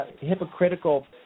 hypocritical